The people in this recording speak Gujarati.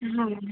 હા